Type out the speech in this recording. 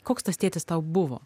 koks tas tėtis tau buvo